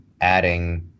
adding